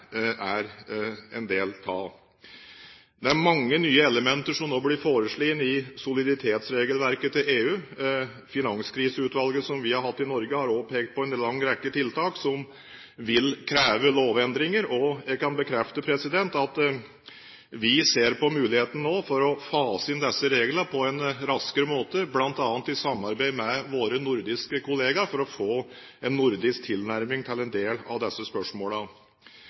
er en del av. Det er mange nye elementer som nå blir foreslått i soliditetsregelverket til EU. Finanskriseutvalget, som vi har hatt i Norge, har også pekt på en lang rekke tiltak som vil kreve lovendringer. Jeg kan bekrefte at vi ser på muligheten nå til å fase inn disse reglene på en raskere måte, bl.a. i samarbeid med våre nordiske kollegaer, for å få en nordisk tilnærming til en del av disse